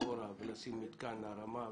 מאחור ולשים מיתקן הרמה והסעה,